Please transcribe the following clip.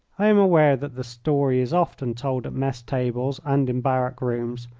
i am aware that the story is often told at mess-tables and in barrack-rooms,